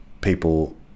people